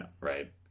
right